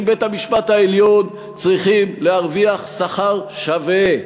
בית-המשפט העליון צריכים להרוויח שכר שווה.